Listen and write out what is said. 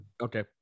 Okay